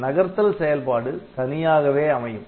இதில் நகர்த்தல் செயல்பாடு தனியாகவே அமையும்